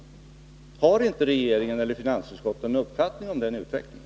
Har inte regeringen eller finansutskottei någon uppfattning om den utvecklingen?